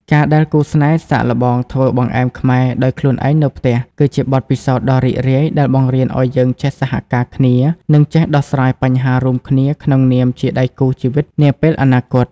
ការដែលគូស្នេហ៍សាកល្បងធ្វើបង្អែមខ្មែរដោយខ្លួនឯងនៅផ្ទះ គឺជាបទពិសោធន៍ដ៏រីករាយដែលបង្រៀនឱ្យយើងចេះសហការគ្នា និងចេះដោះស្រាយបញ្ហារួមគ្នាក្នុងនាមជាដៃគូជីវិតនាពេលអនាគត។